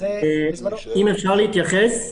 אפשר להתייחס בבקשה?